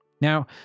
Now